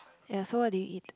ya so what do you eat